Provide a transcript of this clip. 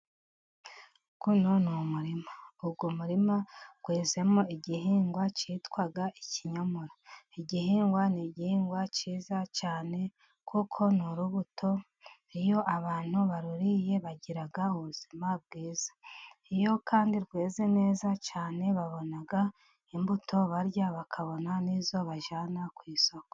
Uyu ni umurima, uyu murima wezemo igihingwa cyitwa ikinyomoro. Iki gihingwa ni igihingwa cyiza cyane kuko ni urubuto iyo abantu baruriye bagira ubuzima bwiza. Iyo kandi rweze neza cyane babona imbuto barya bakabona n'izo bajyana ku isoko.